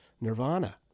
nirvana